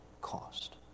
cost